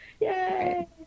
Yay